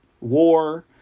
war